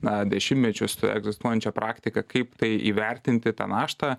na dešimtmečius egzistuojančią praktiką kaip tai įvertinti tą naštą